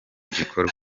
gikorwa